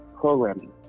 programming